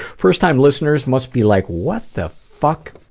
first time listeners must be like, what the fuck